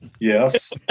Yes